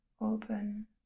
open